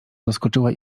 zaskoczyła